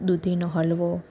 દૂધીનો હલવો